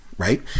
Right